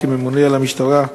כממונה על המשטרה,